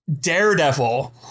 daredevil